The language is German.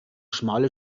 schmale